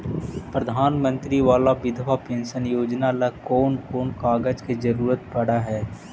प्रधानमंत्री बाला बिधवा पेंसन योजना ल कोन कोन कागज के जरुरत पड़ है?